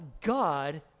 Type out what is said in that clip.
God